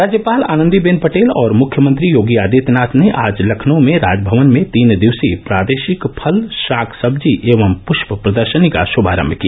राज्यपाल आनंदीबेन पटेल और मुख्यमंत्री योगी आदित्यनाथ ने आज लखनऊ में राजभवन में तीन दिवसीय प्रादेशिक फल शाक भाजी एवं पृष्प प्रदर्शनी का शुमारम्भ किया